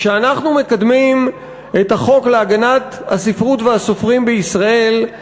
כשאנחנו מקדמים את החוק להגנת הספרות והסופרים בישראל,